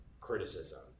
criticism